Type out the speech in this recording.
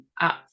up